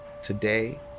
today